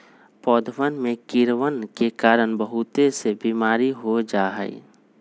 पौधवन में कीड़वन के कारण बहुत से बीमारी हो जाहई